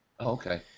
Okay